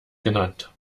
genannt